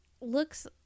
looks